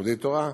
בתלמודי תורה,